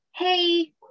hey